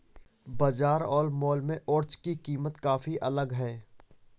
बाजार और मॉल में ओट्स की कीमत काफी अलग है